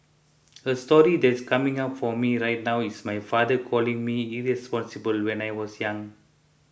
a story that's coming up for me right now is my father calling me irresponsible when I was young